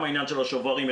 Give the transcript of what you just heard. יש בעיות גם בשוברים,